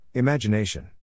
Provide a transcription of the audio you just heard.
Imagination